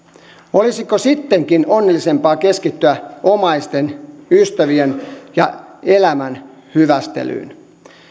olisiko sittenkin onnellisempaa keskittyä omaisten ystävien ja elämän hyvästelyyn